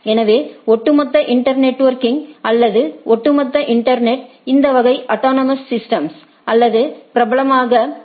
எனவே ஒட்டுமொத்த internetworking அல்லது ஒட்டுமொத்த இன்டர்நெட் இந்த வகை ஆடோனோமோஸ் சிஸ்டம்ஸ் அல்லது பிரபலமாக ஏ